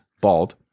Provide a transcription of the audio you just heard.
bald